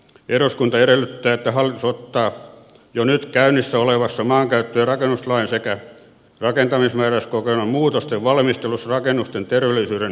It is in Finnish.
eduskunta edellyttää että hallitus ottaa jo nyt käynnissä olevassa maankäyttö ja rakennuslain sekä rakentamismääräyskokoelman muutosten valmistelussa rakennusten terveellisyyden paremmin huomioon